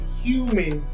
human